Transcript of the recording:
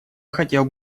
хотел